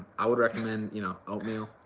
i would recommend you know oatmeal.